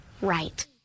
right